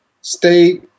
Stay